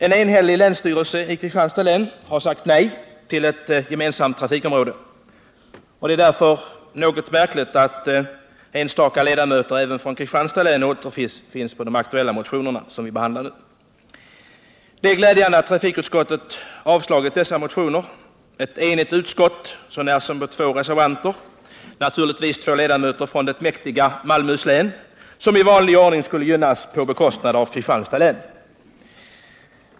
En enhällig länsstyrelse i Kristianstads län har sagt nej till ett gemensamt trafikområde. Det är därför något märkligt att enstaka ledamöter även från Kristianstads län har undertecknat de aktuella motionerna. Det är glädjande att trafikutskottet avstyrkt dessa motioner. Det är ett enigt utskott så när som på två reservanter — naturligtvis från det mäktiga Malmöhus län, som i vanlig ordning skall gynnas på bekostnad av Kristianstads län.